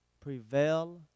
prevail